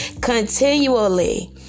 continually